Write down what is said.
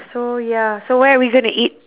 so ya so where we gonna eat